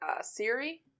Siri